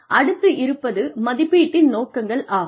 அடுத்து இருப்பது மதிப்பீட்டின் நோக்கங்கள் ஆகும்